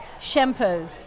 shampoo